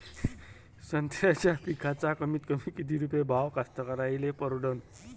संत्र्याचा पिकाचा कमीतकमी किती रुपये भाव कास्तकाराइले परवडन?